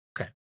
Okay